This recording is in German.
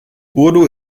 urdu